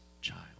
child